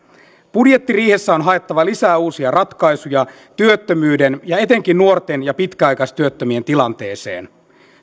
budjettiriihessä on haettava lisää uusia ratkaisuja työttömyyden ja etenkin nuorten ja pitkäaikaistyöttömien tilanteeseen